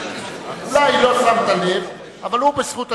אולי לא שמת לב, אבל הוא בזכות הדיבור.